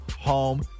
home